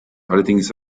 allerdings